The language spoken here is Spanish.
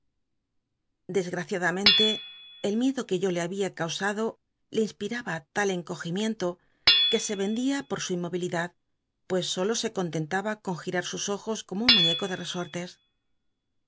desgaciadarncntc el miedo que yo le había causado le inspiraba tal encogimiento que se yendia por su inmovilidad pues solo se contentaba con girar sus ojos como un muñeco de reso'les